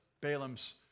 Balaam's